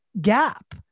gap